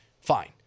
Fine